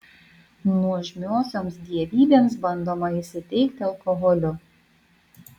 nuožmiosioms dievybėms bandoma įsiteikti alkoholiu